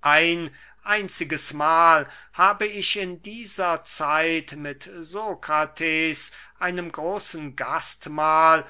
ein einziges mahl habe ich in dieser zeit mit sokrates einem großen gastmahl